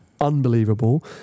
unbelievable